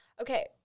Okay